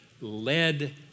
led